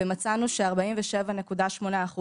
ומצאנו ש-47.8%,